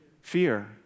fear